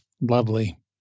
lovely